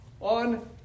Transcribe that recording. on